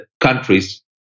countries